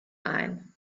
ein